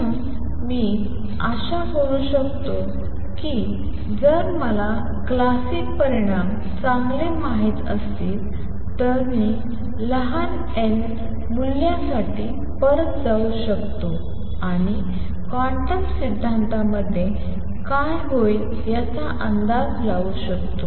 म्हणून मी आशा करू शकतो की जर मला क्लासिक परिणाम चांगले माहित असतील तर मी लहान n मूल्यांसाठी परत जाऊ शकतोआणि क्वांटम सिद्धांतामध्ये काय होईल याचा अंदाज लावू शकतो